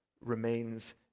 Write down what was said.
remains